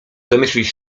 domyślić